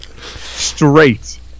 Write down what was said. Straight